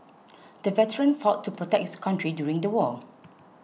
the veteran fought to protect his country during the war